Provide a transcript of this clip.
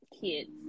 Kids